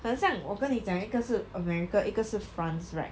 很像我跟你讲一个是 america 一个是 france right